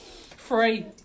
Free